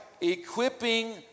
Equipping